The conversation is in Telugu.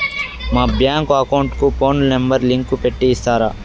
మా బ్యాంకు అకౌంట్ కు ఫోను నెంబర్ లింకు పెట్టి ఇస్తారా?